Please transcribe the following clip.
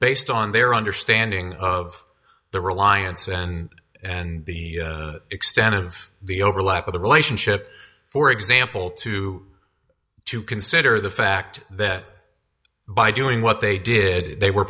based on their understanding of the reliance and and the extent of the overlap of the relationship for example to to consider the fact that by doing what they did they were